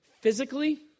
physically